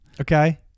Okay